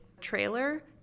trailer